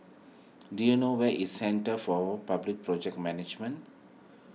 do you know where is Centre for Public Project Management